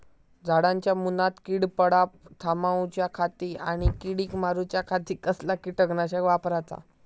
झाडांच्या मूनात कीड पडाप थामाउच्या खाती आणि किडीक मारूच्याखाती कसला किटकनाशक वापराचा?